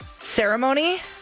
ceremony